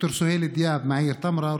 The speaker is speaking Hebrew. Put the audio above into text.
ד"ר סוהיל דיאב מהעיר טמרה,